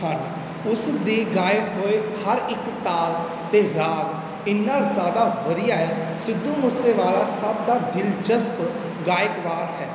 ਹਨ ਉਸ ਦੇ ਗਾਏ ਹੋਏ ਹਰ ਇੱਕ ਤਾਲ ਅਤੇ ਰਾਗ ਇੰਨਾ ਜ਼ਿਆਦਾ ਵਧੀਆ ਹੈ ਸਿੱਧੂ ਮੂਸੇ ਵਾਲਾ ਸਭ ਦਾ ਦਿਲਚਸਪ ਗਾਇਕਵਾਰ ਹੈ